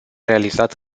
realizat